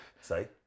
Say